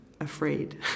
afraid